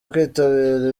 kwitabira